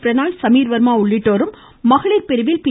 ப்ரணாய் சமீர் வர்மா உள்ளிட்டோரும் மகளிர் பிரிவில் பி